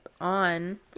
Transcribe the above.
on